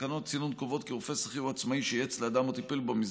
תקנות הצינון קובעות כי רופא שכיר או עצמאי שייעץ לאדם או טיפל בו,